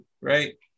right